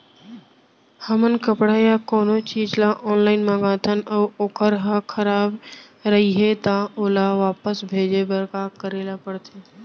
हमन कपड़ा या कोनो चीज ल ऑनलाइन मँगाथन अऊ वोकर ह खराब रहिये ता ओला वापस भेजे बर का करे ल पढ़थे?